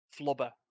Flubber